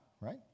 right